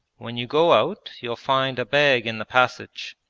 when you go out you'll find a bag in the passage.